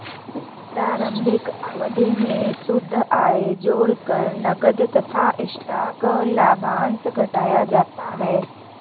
प्रारंभिक अवधि में शुद्ध आय जोड़कर नकद तथा स्टॉक लाभांश घटाया जाता है